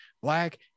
black